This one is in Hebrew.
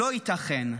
לא ייתכן.